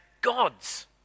gods